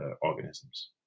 organisms